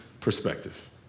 perspective